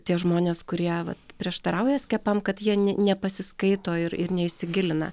tie žmonės kurie vat prieštarauja skiepam kad jie nepasiskaito ir ir neįsigilina